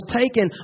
taken